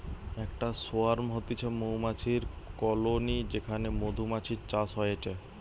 একটা সোয়ার্ম হতিছে মৌমাছির কলোনি যেখানে মধুমাছির চাষ হয়টে